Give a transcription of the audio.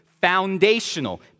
foundational